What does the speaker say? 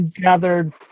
gathered